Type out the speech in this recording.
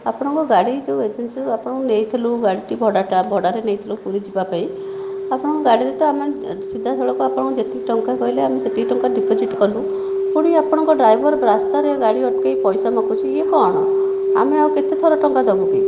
ଆପଣଙ୍କ ଗାଡ଼ି ଯେଉଁ ଏଜେନ୍ସିରୁ ଆପଣଙ୍କ ନେଇଥିଲୁ ଗାଡ଼ିଟି ଭଡ଼ାଟା ଭଡ଼ାରେ ନେଇଥିଲୁ ପୁରୀ ଯିବା ପାଇଁ ଆଉ କ'ଣ ଗାଡ଼ିରେ ତ ଆମେ ସିଧା ସଳଖ ଆପଣ ଯେତିକି ଟଙ୍କା କହିଲେ ଆମେ ସେତିକି ଟଙ୍କା ଡିପୋଜିଟ କଲୁ ପୁଣି ଆପଣଙ୍କ ଡ୍ରାଇଭର ରାସ୍ତାରେ ଗାଡ଼ି ଅଟକାଇ ପଇସା ମାଗୁଛି ଇଏ କ'ଣ ଆମେ ଆଉ କେତେଥର ଟଙ୍କା ଦେବୁକି